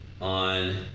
on